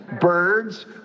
birds